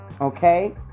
okay